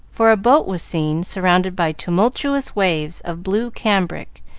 for a boat was seen, surrounded by tumultuous waves of blue cambric,